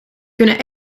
kunnen